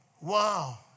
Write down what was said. Wow